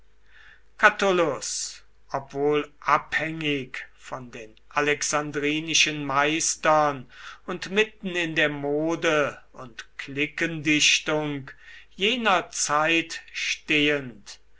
catullus obwohl abhängig von den alexandrinischen meistern und mitten in der mode und cliquendichtung jener zeit stehend